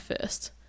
first